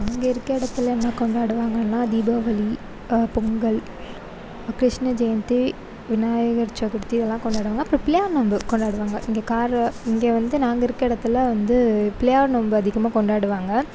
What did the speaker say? நாங்கள் இருக்க இடத்துல என்ன கொண்டாடுவாங்கனா தீபாவளி பொங்கல் கிருஷ்ண ஜெயந்தி விநாயகர் சதுர்த்தி இதல்லாம் கொண்டாடுவாங்க அப்றம் பிள்ளையார் நோன்பு கொண்டாடுவாங்க இங்கே இங்கே வந்து நாங்கள் இருக்க இடத்துல வந்து பிள்ளையார் நோன்பு அதிகமாக கொண்டாடுவாங்க